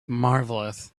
marvelous